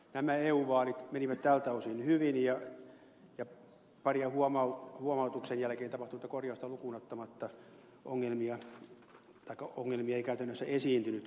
nämä eu vaalit menivät tältä osin hyvin ja paria huomautuksen jälkeen tapahtunutta korjausta lukuun ottamatta ongelmia ei käytännössä esiintynytkään